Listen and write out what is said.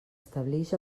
establix